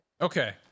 okay